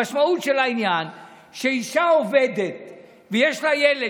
המשמעות של העניין היא שאישה עובדת שיש לה ילד